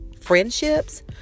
friendships